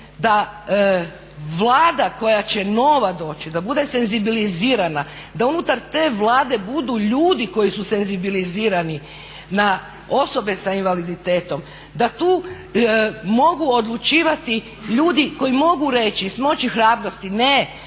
da Vlada koja će nova doći da bude senzibilizirana, da unutar te Vlade budu ljudi koji su senzibilizirani na osobe s invaliditetom. Da tu mogu odlučivati ljudi koji mogu reći i smoći hrabrosti, ne,